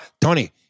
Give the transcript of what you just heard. Tony